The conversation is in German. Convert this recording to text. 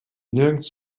nirgends